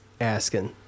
asking